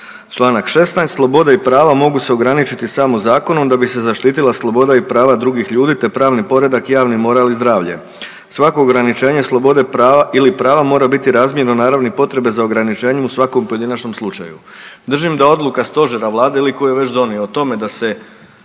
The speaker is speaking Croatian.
Čl.16. Slobode i prava mogu se ograničiti samo zakonom da bi se zaštitila sloboda i prava drugih ljudi, te pravni poredak javni moral i zdravlje. Svako ograničenje slobode ili prava mora biti razmjerno naravi potrebe za ograničenjem u svakom pojedinačnom slučaju. Držim da odluka Stožera, Vlade ili tko je već donio o tome da se